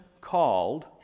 called